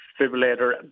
defibrillator